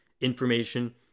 Information